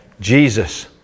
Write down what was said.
Jesus